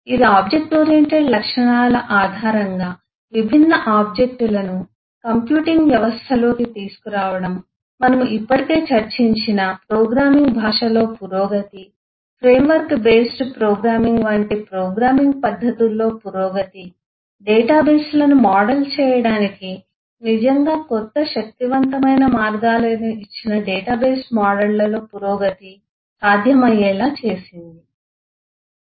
ఇది object oriented లక్షణాల ఆధారంగా విభిన్న ఆబ్జెక్ట్ లను కంప్యూటింగ్ వ్యవస్థలోకి తీసుకురావడం మనము ఇప్పటికే చర్చించిన ప్రోగ్రామింగ్ భాషల్లో పురోగతి ఫ్రేమ్వర్క్ బేస్డ్ ప్రోగ్రామింగ్ వంటి ప్రోగ్రామింగ్ పద్దతుల్లో పురోగతి డేటాబేస్లను మోడల్ చేయడానికి నిజంగా కొత్త శక్తివంతమైన మార్గాలను ఇచ్చిన డేటాబేస్ మోడళ్లలో పురోగతి సాధ్యమయ్యేలా చేసింది